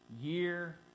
year